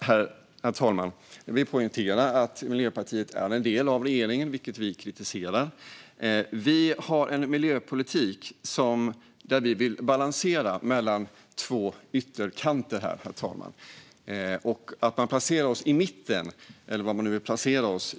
Herr talman! Låt mig poängtera att Miljöpartiet är en del av regeringen, vilket vi kritiserar. I vår miljöpolitik vill vi balansera mellan två ytterkanter. Vi bör och ska placera oss i mitten, inte på någon ytterkant.